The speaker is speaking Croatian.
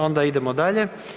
Onda idemo dalje.